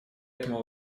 этому